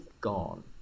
gone